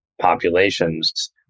populations